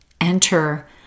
enter